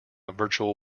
virtual